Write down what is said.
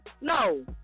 No